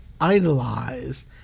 idolized